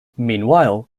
meanwhile